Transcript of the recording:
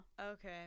okay